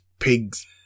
Pigs